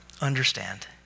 understand